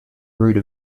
route